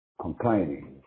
Complaining